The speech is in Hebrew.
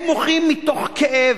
הם מוחים מתוך כאב,